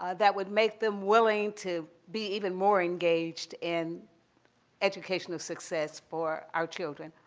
ah that would make them willing to be even more engaged in educational success for our children,